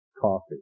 coffee